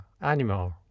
animal